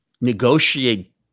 negotiate